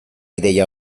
ideia